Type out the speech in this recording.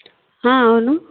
అవును